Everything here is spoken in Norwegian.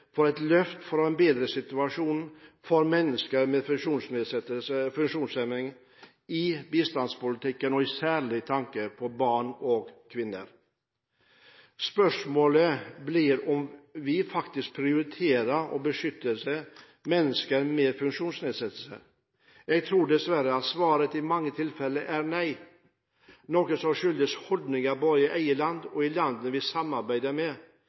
et løft i bistandspolitikken for å bedre situasjonen for mennesker med funksjonshemming, og særlig med tanke på barn og kvinner. Spørsmålet blir om vi faktisk prioriterer å beskytte mennesker med funksjonsnedsettelser. Jeg tror dessverre at svaret i mange tilfeller er nei. Noe skyldes holdninger, både i vårt eget land og i landene vi samarbeider med,